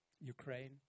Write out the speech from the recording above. Ukraine